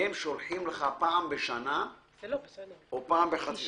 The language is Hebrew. שאז הם שולחים לך פעם בשנה או פעם בחצי